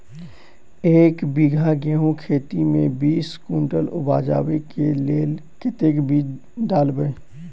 एक बीघा गेंहूँ खेती मे बीस कुनटल उपजाबै केँ लेल कतेक बीज डालबै?